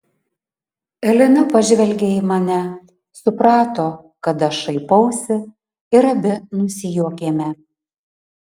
elena pažvelgė į mane suprato kad aš šaipausi ir abi nusijuokėme